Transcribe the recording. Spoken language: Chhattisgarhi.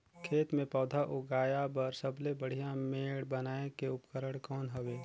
खेत मे पौधा उगाया बर सबले बढ़िया मेड़ बनाय के उपकरण कौन हवे?